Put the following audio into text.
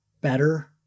better